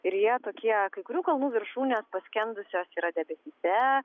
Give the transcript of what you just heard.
ir jie tokie kai kurių kalnų viršūnės paskendusios yra debesyse